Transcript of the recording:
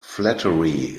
flattery